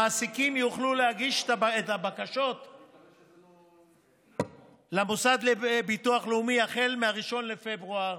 המעסיקים יוכלו להגיש את הבקשות למוסד לביטוח לאומי החל מ-1 בפברואר